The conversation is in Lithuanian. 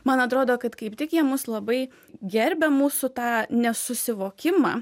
man atrodo kad kaip tik jie mus labai gerbia mūsų tą nesusivokimą